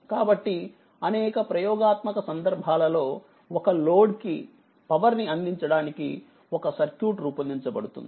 కాబట్టిఅనేక ప్రయోగాత్మక సందర్భాలలో ఒక లోడ్ కి పవర్ ని అందించడానికి ఒక సర్క్యూట్ రూపొందించబడుతుంది